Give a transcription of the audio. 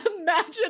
imagine